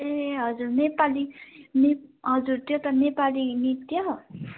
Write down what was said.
ए हजुर नेपाली नेप् हजुर त्यो त नेपाली नृत्य